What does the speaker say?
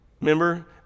Remember